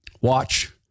watch